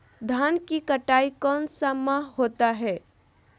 धान की कटाई कौन सा माह होता है?